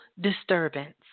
disturbance